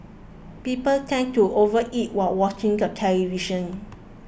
people tend to overeat while watching the television